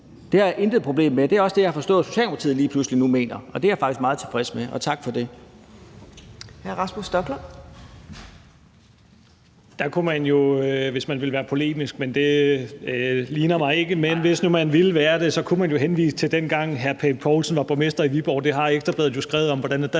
Det har jeg intet problem med, og det er også det, jeg har forstået Socialdemokratiet lige pludselig nu mener, og det er jeg faktisk meget tilfreds med – tak for det.